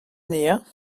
anezhañ